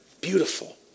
beautiful